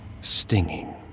stinging